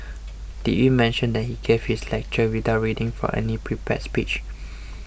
did we mention that he gave this lecture without reading from any prepared speech